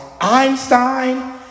Einstein